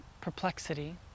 perplexity